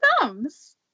thumbs